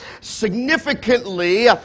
Significantly